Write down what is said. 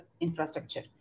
infrastructure